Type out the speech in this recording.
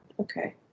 okay